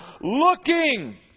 Looking